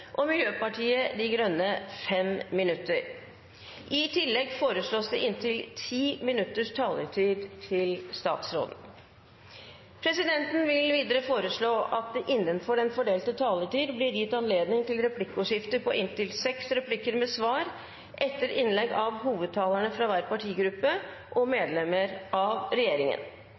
og Miljøpartiet De Grønne 5 minutter. I tillegg foreslås det inntil 10 minutters taletid til statsråden. Videre vil presidenten foreslå at det blir gitt anledning til replikkordskifte på inntil seks replikker med svar etter innlegg av hovedtalerne fra hver partigruppe og